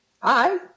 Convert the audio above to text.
hi